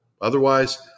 Otherwise